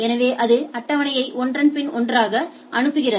எனவே அது அட்டவணையை ஒன்றன் பின் ஒன்றாக அனுப்புகிறது